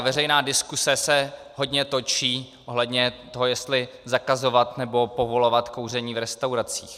Veřejná diskuse se hodně točí ohledně toho, jestli zakazovat nebo povolovat kouření v restauracích.